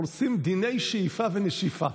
עושים דיני שאיפה ונשיפה.